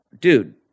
dude